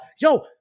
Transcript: yo